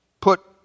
put